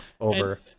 Over